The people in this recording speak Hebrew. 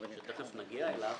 שתכף נגיע אליו,